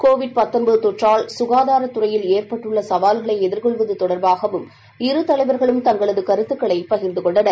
Covid தொற்றால் சுகாதாரத் துறையில் ஏற்பட்டுள்ள சவால்களை எதிர்கொள்வது தொடர்பாகவும் இரு தலைவர்களும் தங்களது கருத்துகளை பகிர்ந்து கொண்டனர்